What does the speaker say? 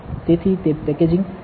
તેથી તે પેકેજીંગ નું મહત્વ છે